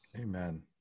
amen